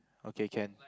okay can